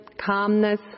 calmness